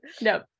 no